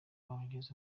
abageze